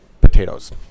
potatoes